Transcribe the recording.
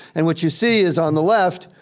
and what you see is, on the left,